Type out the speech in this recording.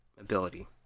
ability